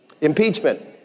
Impeachment